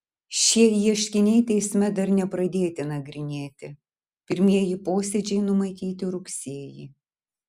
šie ieškiniai teisme dar nepradėti nagrinėti pirmieji posėdžiai numatyti rugsėjį